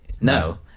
No